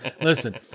listen